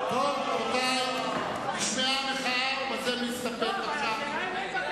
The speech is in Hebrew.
טוב, רבותי, נשמעה המחאה, ובזה נסתפק בבקשה.